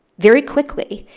very quickly,